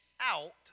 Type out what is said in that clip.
out